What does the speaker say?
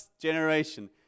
generation